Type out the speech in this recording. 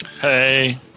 Hey